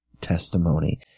testimony